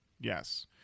Yes